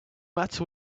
matter